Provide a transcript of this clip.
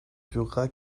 durera